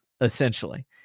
essentially